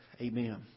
Amen